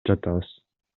жатабыз